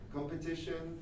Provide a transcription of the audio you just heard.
Competition